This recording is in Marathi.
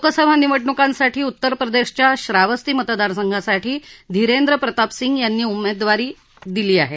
लोकसभा निवडणुकांसाठी उत्तरप्रदेशच्या श्रावस्ती मतदासंघासाठी धीरेंद्र प्रताप सिंग यांना उमेदवारी दिली आहे